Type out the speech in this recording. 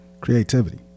Creativity